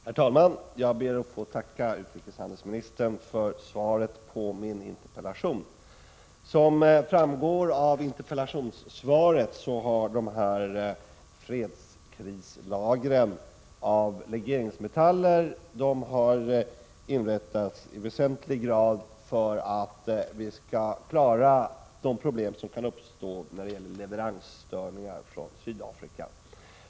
Herr talman! Jag ber att få tacka utrikeshandelsministern för svaret på min interpellation. Som framgår av interpellationssvaret har fredskrislagren av legeringsmetaller i väsentlig grad inrättats för att vi skall klara av de problem som kan uppstå när det gäller leveransstörningar från Sydafrika.